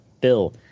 Bill